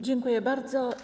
Dziękuję bardzo.